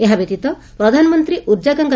ଏହାବ୍ୟତୀତ ପ୍ରଧାନମନ୍ତୀ ଉର୍ଜାଗଙ୍ଗ